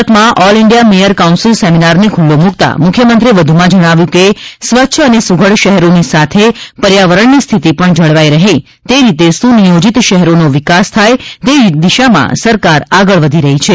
સુરતમાં all India mayor council સેમિનારને ખુલ્લો મુકતા મુખ્યમંત્રીએ વધુમાં જણાવાયું કે સ્વચ્છ અને સુઘડ શહેરોની સાથે પર્યાવરણની સ્થિતિ પણ જળવાઈ રહે તે રીતે સુનિયોજીત શહેરોનો વિકાસ થાય તે દિશામાં સરકાર આગળ વધી રહી છે